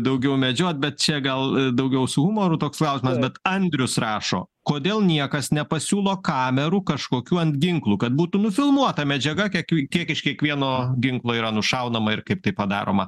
daugiau medžiot bet čia gal daugiau su humoru toks klausimas bet andrius rašo kodėl niekas nepasiūlo kamerų kažkokių ant ginklų kad būtų nufilmuota medžiaga kiek kiek iš kiekvieno ginklo yra nušaunama ir kaip tai padaroma